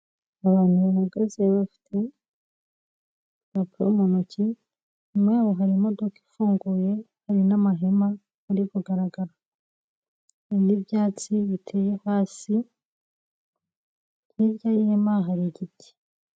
Abantu bahagaze bafite impapuro mu ntoki, inyuma yabo hari imodoka ifunguye hari n'amahema ari kugaragara hari n'ibyatsi biteye hasi, hirya y'ihema hari igiti.